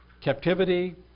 captivity